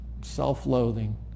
self-loathing